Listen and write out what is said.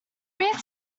beth